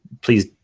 please